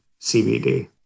CBD